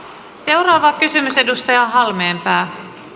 seuraava kysymys edustaja halmeenpää